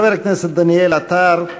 חבר הכנסת דניאל עטר.